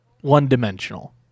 one-dimensional